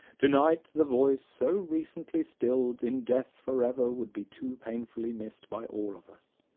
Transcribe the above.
to-night the voice so recently stilled in death forever would be too painfully missed by all of us.